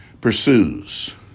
pursues